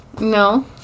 No